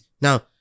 Now